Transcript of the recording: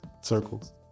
circles